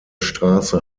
straße